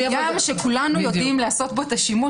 כולנו יודעים לעשות בו את השימוש,